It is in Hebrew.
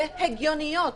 והגיוניות.